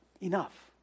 enough